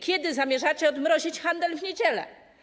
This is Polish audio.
Kiedy zamierzacie odmrozić handel w niedziele?